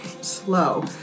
slow